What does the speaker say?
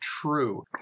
true